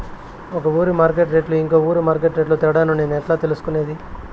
ఒక ఊరి మార్కెట్ రేట్లు ఇంకో ఊరి మార్కెట్ రేట్లు తేడాను నేను ఎట్లా తెలుసుకునేది?